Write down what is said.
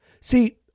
see